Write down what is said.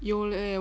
有 leh